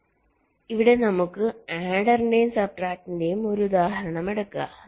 അതിനാൽ ഇവിടെ നമുക്ക് ആഡറിന്റെയും സബ്ട്രാക്ടറിന്റെയും ഒരു ഉദാഹരണം എടുക്കാം